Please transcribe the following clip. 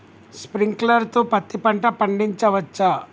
Sprinkler తో పత్తి పంట పండించవచ్చా?